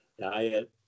diet